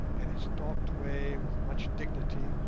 and he stalked away with much dignity,